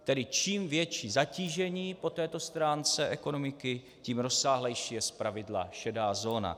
Tedy čím větší zatížení po této stránce ekonomiky, tím rozsáhlejší je zpravidla šedá zóna.